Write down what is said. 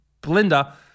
Belinda